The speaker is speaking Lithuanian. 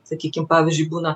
sakykim pavyzdžiui būna